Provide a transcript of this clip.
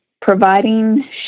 providing